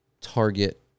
target